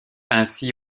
ainsi